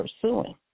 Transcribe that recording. pursuing